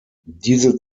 diese